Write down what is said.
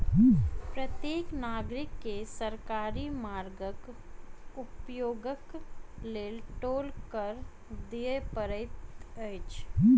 प्रत्येक नागरिक के सरकारी मार्गक उपयोगक लेल टोल कर दिअ पड़ैत अछि